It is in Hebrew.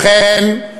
אכן,